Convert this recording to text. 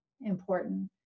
important